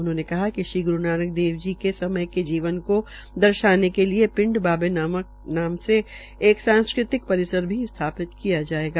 उन्होंने कहा कि श्री ग्रू नानक देव जी के समय के जीवन को दर्शाने के लिए पिंड बाबे नानक के नाम से एक सांस्कृतिक परिसर भी स्थापित किया जायेगा